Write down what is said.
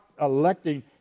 electing